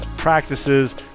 Practices